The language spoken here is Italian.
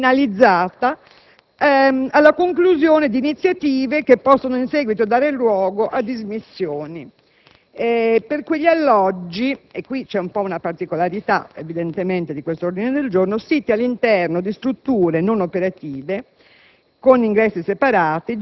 la sospensione finalizzata alla conclusione di iniziative che possono in seguito dare luogo a dismissioni per quegli alloggi - qui è la particolarità dell'ordine del giorno «siti all'interno di strutture non operative